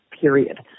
period